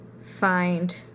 find